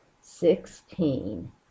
Sixteen